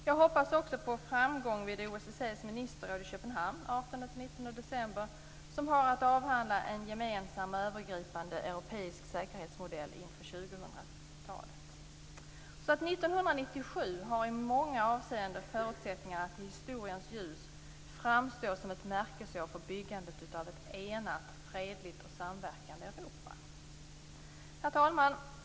Jag hoppas också på framgång vid OSSE:s ministerråd i Köpenhamn den 18-19 december som har att avhandla en gemensam och övergripande europeisk säkerhetsmodell inför tjugohundratalet. År 1997 har i många avseenden förutsättningar att i historiens ljus framstå som ett märkesår för byggandet av ett enat, fredligt och samverkande Europa. Herr talman!